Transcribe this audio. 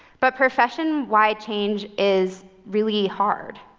but profession-wide change is really hard,